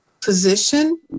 position